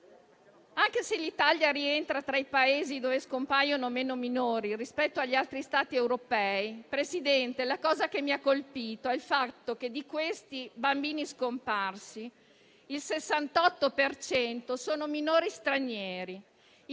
Anche se l'Italia rientra tra i Paesi dove scompaiono meno minori rispetto agli altri Stati europei, Presidente, la cosa che mi ha colpito è il fatto che di questi bambini scomparsi il 68 per cento sono minori stranieri,